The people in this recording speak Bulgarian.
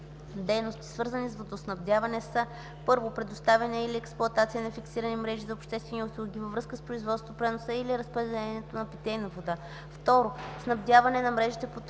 Дейности, свързани с водоснабдяване, са: 1. предоставяне или експлоатация нa фиксирани мрежи зa обществени услуги във връзкa с производството, преносa или разпределението нa питейна вода; 2. снабдяване на мрежите по т.